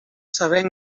saber